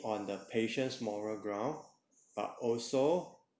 on the patients moral ground but also